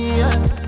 yes